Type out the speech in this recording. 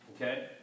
Okay